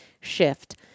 shift